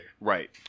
Right